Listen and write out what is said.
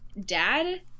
Dad